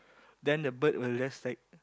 then the bird will just like